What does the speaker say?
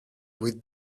with